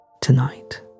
tonight